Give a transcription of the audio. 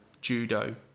judo